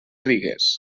rigues